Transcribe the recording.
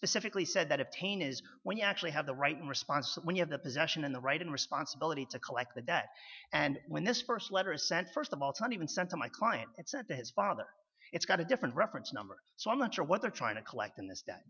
specifically said that a pain is when you actually have the right response when you have the possession and the right and responsibility to collect the debt and when this first letter is sent first of all it's not even sent to my client it's sent to his father it's got a different reference number so i'm not sure what they're trying to collect in this d